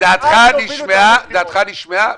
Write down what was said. דעתך נשמעה.